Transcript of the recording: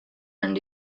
and